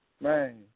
Man